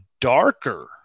darker